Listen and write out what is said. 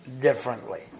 differently